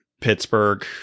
Pittsburgh